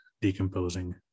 decomposing